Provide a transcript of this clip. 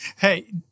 hey